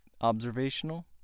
observational